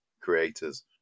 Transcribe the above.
creators